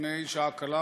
לפני שעה קלה,